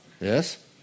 Yes